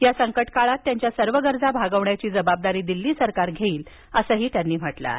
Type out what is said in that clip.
या संकट काळात त्यांच्या सर्व गरजा भागविण्याची जबाबदारी दिल्ली सरकार घेईल असं त्यांनी म्हटलं आहे